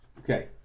Okay